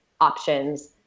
options